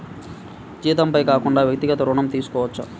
జీతంపై కాకుండా వ్యక్తిగత ఋణం తీసుకోవచ్చా?